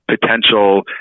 potential